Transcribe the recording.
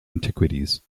antiquities